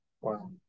wow